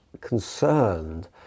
concerned